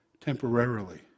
temporarily